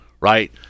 right